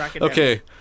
Okay